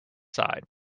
side